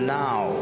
now